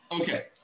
okay